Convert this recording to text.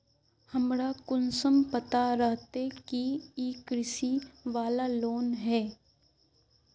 हमरा कुंसम पता रहते की इ कृषि वाला लोन है?